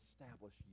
establish